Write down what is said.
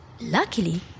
Luckily